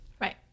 Right